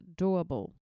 doable